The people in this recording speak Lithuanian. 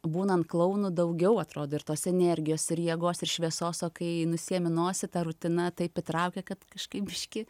būnant klounu daugiau atrodo ir tos energijos ir jėgos ir šviesos o kai nusiėmi nosį ta rutina taip įtraukia kad kažkaip biškį